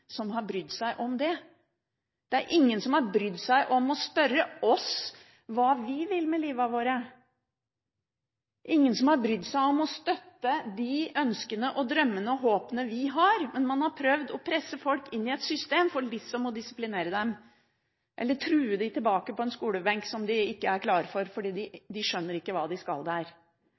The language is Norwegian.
som hadde brydd seg om det. Det var ingen som hadde brydd seg om å spørre dem hva de vil med livene sine, ingen som har brydd seg om å støtte de ønskene, drømmene og håpene de har. Man har prøvd å presse folk inn i et system for liksom å disiplinere dem eller true dem tilbake på en skolebenk som de ikke er klare for, for de skjønner ikke hva de skal der.